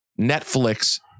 Netflix